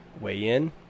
weigh-in